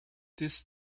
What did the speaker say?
this